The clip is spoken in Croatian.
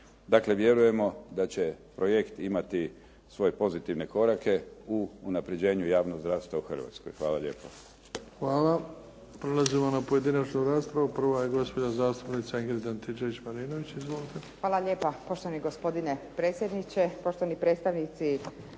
Dakle, vjerujemo da će projekt imati svoje pozitivne korake u unapređenju javnog zdravstva u Hrvatskoj. Hvala lijepo. **Bebić, Luka (HDZ)** Hvala. Prelazimo na pojedinačnu raspravu. Prva je gospođa zastupnica Ingrid Antičević Marinović. Izvolite. **Antičević Marinović, Ingrid (SDP)** Hvala lijepa poštovani gospodine predsjedniče, poštovani predstavnici Vlade.